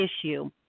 issue